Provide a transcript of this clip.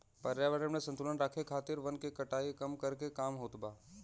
पर्यावरण में संतुलन राखे खातिर वन के कटाई कम करके काम होत बा